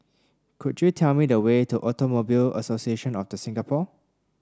could you tell me the way to Automobile Association of The Singapore